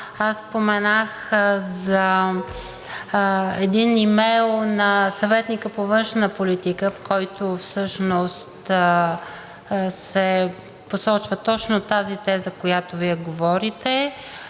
споменах за един имейл на съветника по външна политика, в който всъщност се посочва точно тази теза, за която Вие говорите.